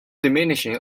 diminishing